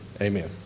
amen